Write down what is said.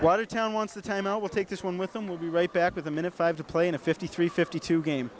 watertown wants a timeout we'll take this one with them will be right back with them in a five to play in a fifty three fifty two game